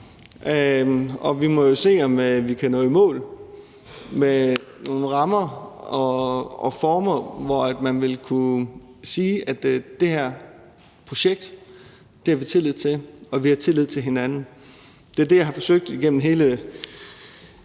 og vi må se, om vi kan nå i mål med nogle rammer og former, så man vil kunne sige, at det her projekt har vi tillid til, og at vi har tillid til hinanden. Det er det, jeg har forsøgt at sige igennem hele